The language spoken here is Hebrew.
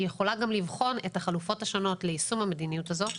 היא יכולה גם לבחון את החלופות השונות ליישום המדיניות הזאת.